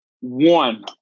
One